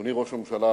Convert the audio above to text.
אדוני ראש הממשלה,